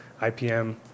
IPM